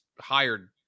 hired